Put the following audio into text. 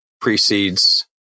precedes